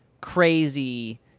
crazy